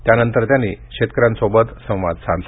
त्यानंतर त्यांनी शेतकऱ्यांशी संवाद साधला